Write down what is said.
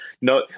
no